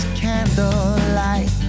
candlelight